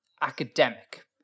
Academic